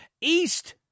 East